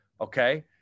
Okay